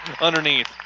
underneath